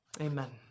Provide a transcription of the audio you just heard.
Amen